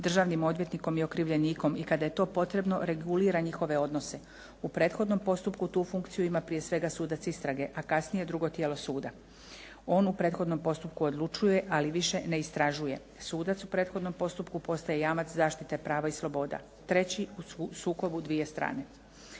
državnim odvjetnikom i okrivljenikom i kada je to potrebno regulira njihove odnose. U prethodnom postupku tu funkciju ima prije svega sudac istrage a kasnije drugo tijelo suda. On u prethodnom postupku odlučuje ali više ne istražuje. Sudac u prethodnom postupku postaje jamac zaštite prava i sloboda, treći u sukobu dvije strane.